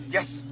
Yes